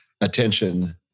attention